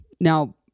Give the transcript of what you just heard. Now